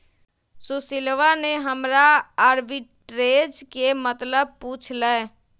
सुशीलवा ने हमरा आर्बिट्रेज के मतलब पूछ लय